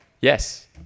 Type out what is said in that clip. Yes